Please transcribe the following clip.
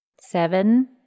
Seven